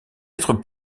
être